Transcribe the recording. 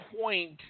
point